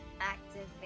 Activate